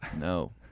No